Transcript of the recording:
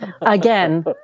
again